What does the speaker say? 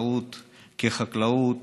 והחקלאות כחקלאות